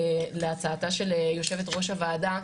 להצעתה של יושבת-ראש הוועדה.